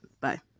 bye